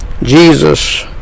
Jesus